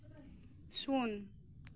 ᱥᱩᱱ